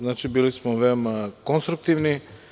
Znači, bili smo veoma konstruktivni.